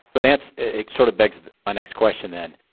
but and it sort of begs my next question then.